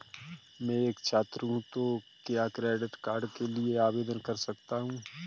मैं एक छात्र हूँ तो क्या क्रेडिट कार्ड के लिए आवेदन कर सकता हूँ?